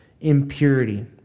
impurity